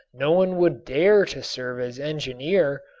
no one would dare to serve as engineer,